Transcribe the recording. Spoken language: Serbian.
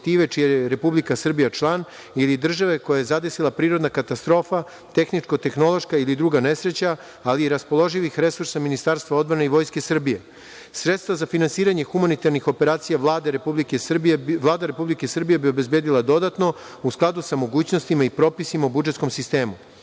čija je Republika Srbija član ili države koja je zadesila prirodna katastrofa tehničko tehnološka ili druga nesreća, ali i raspoloživih resursa Ministarstva odbrane i Vojske Srbije. Sredstva za finansiranje humanitarnih operacija Vlada Republike Srbije bi obezbedila dodatno u skladu sa mogućnostima i propisima u budžetskom sistemu. Poplave